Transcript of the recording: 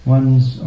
one's